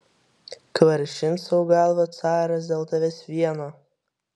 kvaršins sau galvą caras dėl tavęs vieno